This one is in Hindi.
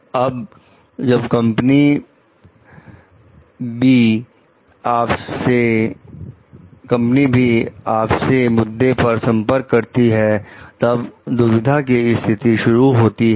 अब जब कंपनी बी आपसे मुद्दे पर संपर्क करती है तब दुविधा की स्थिति शुरू होती है